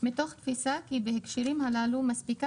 מתוך תפיסה כי בהקשרים הללו מספיקה